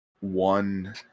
one